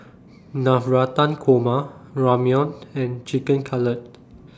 Navratan Korma Ramyeon and Chicken Cutlet